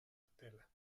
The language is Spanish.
estela